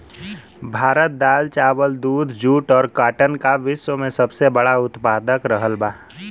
भारत दाल चावल दूध जूट और काटन का विश्व में सबसे बड़ा उतपादक रहल बा